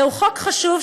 זהו חוק חשוב,